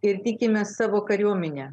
ir tikime savo kariuomene